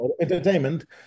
entertainment